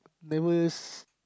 there was